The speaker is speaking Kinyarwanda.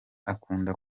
akunda